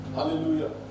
Hallelujah